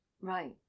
Right